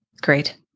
Great